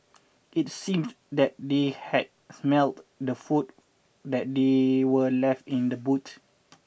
it seemed that they had smelt the food that they were left in the boot